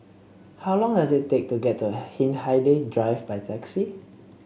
how long does it take to get to Hindhede Drive by taxi